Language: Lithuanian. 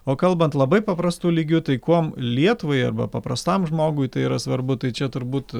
o kalbant labai paprastu lygiu tai kuom lietuvai arba paprastam žmogui tai yra svarbu tai čia turbūt